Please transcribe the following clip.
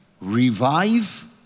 revive